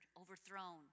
overthrown